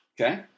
Okay